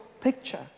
picture